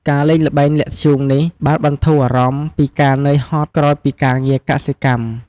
ការលេងល្បែងលាក់ធ្យូងនេះ បានបន្ធូរអារម្មណ៍ ពីការនឿយហត់ក្រោយពីការងារកសិកម្ម។